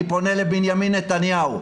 אני פונה לבנימין נתניהו,